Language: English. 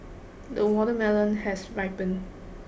the watermelon has ripened